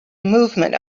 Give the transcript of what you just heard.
movement